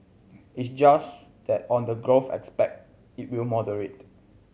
it's just that on the growth aspect it will moderate